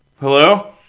Hello